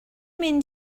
mynd